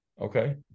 Okay